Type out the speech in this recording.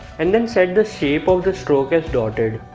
and then set the shape of the stroke as dotted